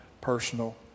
personal